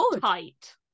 tight